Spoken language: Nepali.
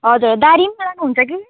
हजुर दारिम लानुहुन्छ कि